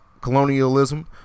colonialism